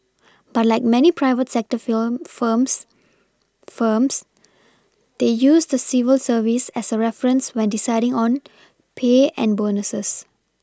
but like many private sector firms firms they use the civil service as a reference when deciding on pay and bonuses